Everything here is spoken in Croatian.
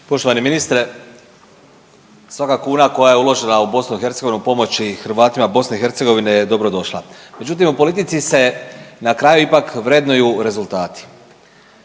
Poštovani ministre, svaka kuna koja je uložena u BiH pomoći Hrvatima BiH je dobro došla. Međutim u politici se na kraju ipak vrednuju rezultati.